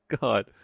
God